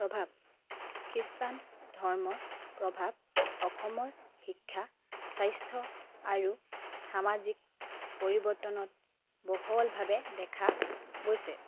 প্ৰভাৱ খ্ৰীষ্টান ধৰ্মৰ প্ৰভাৱ অসমৰ শিক্ষা স্বাস্থ্য আৰু সামাজিক পৰিৱৰ্তনত বহলভাৱে দেখা গৈছে